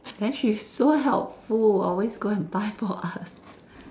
then she's so helpful always go and buy for us